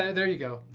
and there you go.